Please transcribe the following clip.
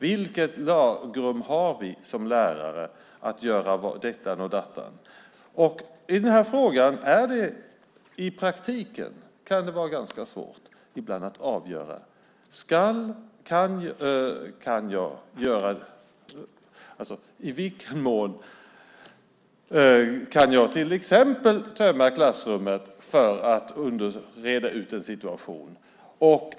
Vilket lagrum har vi som lärare att göra ditt och datt? I praktiken kan det ibland vara ganska svårt att avgöra i vilken mån man till exempel kan tömma klassrummet för att reda ut en situation.